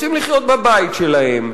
רוצים לחיות בבית שלהם,